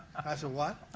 i said, what?